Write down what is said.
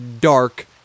dark